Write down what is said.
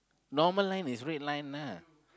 normal line is red line lah